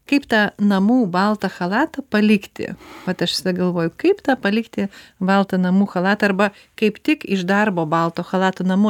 kaip tą namų baltą chalatą palikti vat aš visada galvoju kaip tą palikti baltą namų chalatą arba kaip tik iš darbo balto chalatą namo